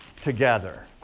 together